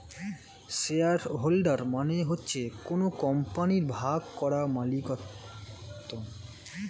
share holder মানে হচ্ছে কোন কোম্পানির ভাগ করা মালিকত্ব